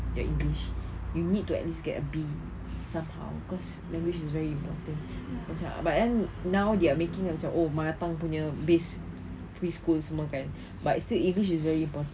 your english you need to at least get a B somehow because language is very important macam but then now they are making like macam oh mother tongue punya base preschool semua kan but it's still english very important